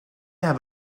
have